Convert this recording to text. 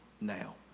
now